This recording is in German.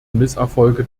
misserfolge